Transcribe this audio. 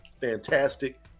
fantastic